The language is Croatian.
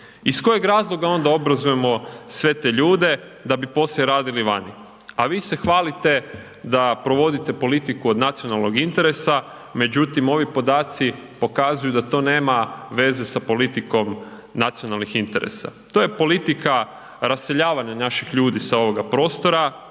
Iz kojeg razloga onda obrazujemo sve te ljude da bi poslije radili vani, a vi se hvalite da provodite politiku od nacionalnog interesa, međutim ovi podaci pokazuju da to nema veze sa politikom nacionalnih interesa, to je politika raseljavanja naših ljudi sa ovoga prostora